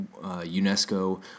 UNESCO